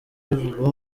rivugwa